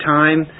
time